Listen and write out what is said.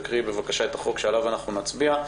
תקריאי בבקשה את החוק שעליו אנחנו נצביע.